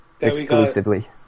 Exclusively